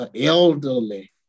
elderly